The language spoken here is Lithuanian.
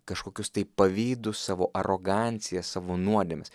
kažkokius tai pavydus savo arogancijas savo nuodėmes